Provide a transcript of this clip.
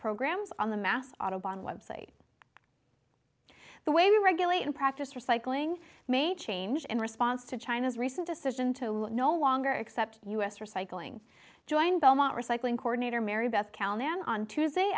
programs on the mass autobahn website the way we regulate and practice recycling may change in response to china's recent decision to no longer accept us recycling join belmont recycling coordinator mary beth callahan on tuesday